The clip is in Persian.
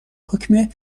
حکم